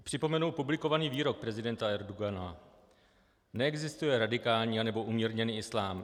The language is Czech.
Připomenu publikovaný výrok prezidenta Erdogana: Neexistuje radikální anebo umírněný islám.